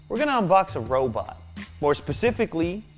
gonna unbox a robot more specifically,